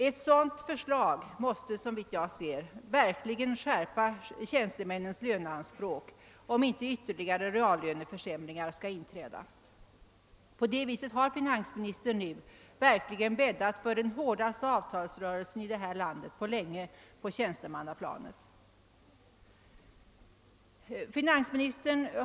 Ett sådant förslag måste som jag ser det skärpa tjänstemännens löneanspråk för att inte ytterligare reallöneförsämringar skall inträda för dem. Finansministern har följaktligen nu bäddat för den hårdaste avtalsrörelsen på länge här i landet på tjänstemannaplanet.